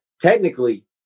technically